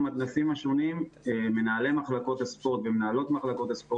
במתנ"סים השונים מנהלי מחלקות הספורט